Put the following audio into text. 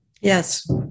Yes